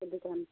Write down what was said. आपके दुकान